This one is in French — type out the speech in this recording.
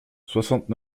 soixante